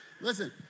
Listen